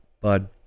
bud